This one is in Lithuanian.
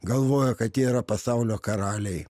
galvoja kad jie yra pasaulio karaliai